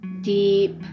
deep